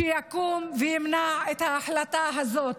שיקום וימנע את ההחלטה הזאת.